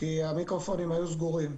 כי המיקרופונים היו סגורים.